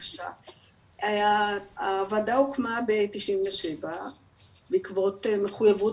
הוועדה הוקמה ב-1997 בעקבות מחויבות